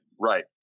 right